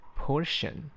portion